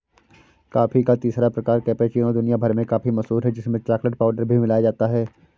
coffee का तीसरा प्रकार कैपेचीनो दुनिया भर में काफी मशहूर है जिसमें चॉकलेट पाउडर भी मिलाया जाता है